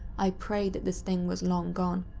i prayed that this thing was long gone.